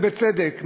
ובצדק,